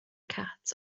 cat